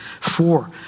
Four